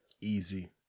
Easy